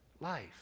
life